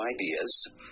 ideas